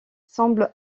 semblent